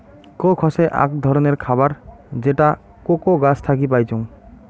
Coke হসে আক ধররনের খাবার যেটা কোকো গাছ থাকি পাইচুঙ